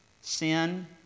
sin